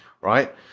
Right